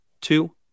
two